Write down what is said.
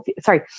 sorry